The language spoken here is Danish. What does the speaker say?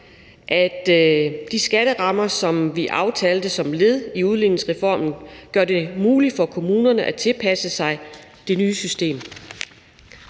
at de skatterammer, som vi aftalte som led i udligningsreformen, gør det muligt for kommunerne at tilpasse sig det nye system.